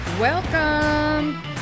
welcome